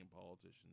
politicians